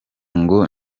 ngo